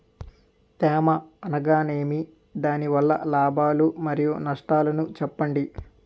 తేమ అనగానేమి? దాని వల్ల లాభాలు మరియు నష్టాలను చెప్పండి?